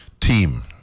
team